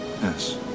Yes